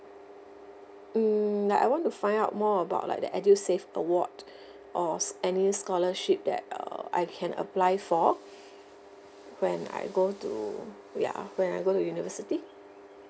mm like I want to find out more about like the edusave award or any scholarship that uh I can apply for when I go to ya when I go to university